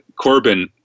Corbyn